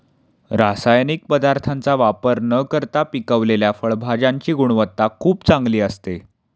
रासायनिक पदार्थांचा वापर न करता पिकवलेल्या फळभाज्यांची गुणवत्ता खूप चांगली असते